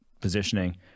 positioning